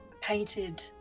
painted